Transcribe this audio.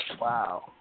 Wow